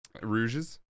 rouges